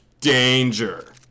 Danger